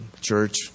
church